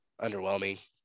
underwhelming